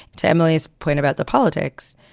to emily's point about the politics.